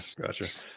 Gotcha